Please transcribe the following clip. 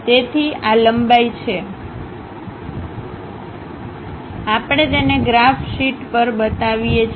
તેથી આ લંબાઈ છે આપણે તેને ગ્રાફ શીટ પર બતાવીએ છીએ